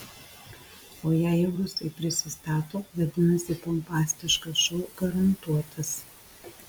o jei jau rusai prisistato vadinasi pompastiškas šou garantuotas